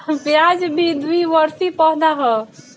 प्याज भी द्विवर्षी पौधा हअ